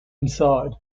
inside